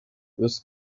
with